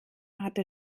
hatte